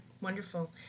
Wonderful